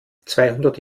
zweihundert